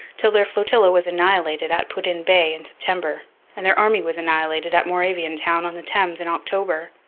till their flotilla was annihilated at put-in bay in september and their army was annihilated at moravian town on the thames in october.